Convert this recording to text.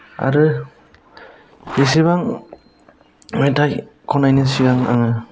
आरो जेसेबां मेथाइ खननायनि सिगां आङो